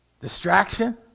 Distraction